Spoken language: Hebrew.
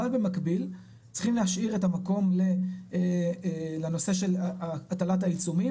אבל במקביל צריכים להשאיר את המקום לנושא של הטלת העיצומים,